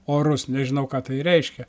orus nežinau ką tai reiškia